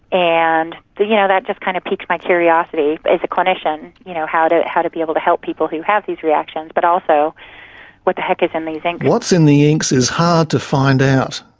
and you know that just kind of piqued my curiosity as a clinician, you know how to how to be able to help people who have these reactions, but also what the heck is in these inks. what's in the inks is hard to find out.